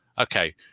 okay